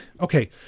okay